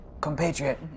compatriot